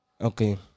Okay